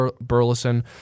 Burleson